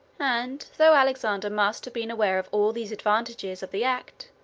and though alexander must have been aware of all these advantages of the act,